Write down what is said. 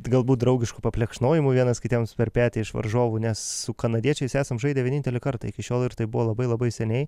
galbūt draugiškų paplekšnojimų vienas kitiems per petį iš varžovų nes su kanadiečiais esam žaidę vienintelį kartą iki šiol ir tai buvo labai labai seniai